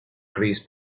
chris